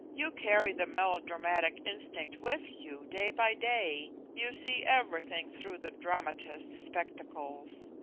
you carry the melodramatic instinct with you, day by day. you see everything through the dramatist's spectacles.